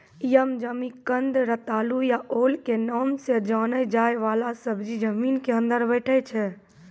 यम, जिमिकंद, रतालू या ओल के नाम सॅ जाने जाय वाला सब्जी जमीन के अंदर बैठै छै